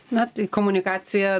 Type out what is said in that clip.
na tai komunikacija